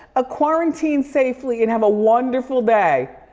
ah quarantine safely and have a wonderful day.